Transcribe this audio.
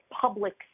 public